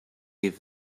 give